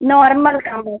normal का ma'am